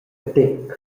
tec